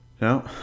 no